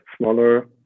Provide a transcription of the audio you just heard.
smaller